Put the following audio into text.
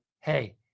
Hey